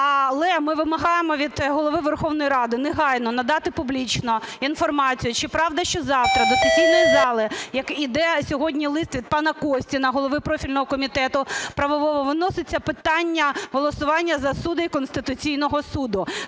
Але ми вимагаємо від Голови Верховної Ради негайно надати публічно інформацію, чи правда, що завтра до сесійної зали, як іде сьогодні лист від пана Костіна, голови профільного комітету правового, виноситься питання голосування за суддів Конституційного Суду?